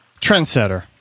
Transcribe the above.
Trendsetter